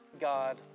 God